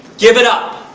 give it up!